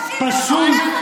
פסול,